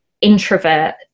introvert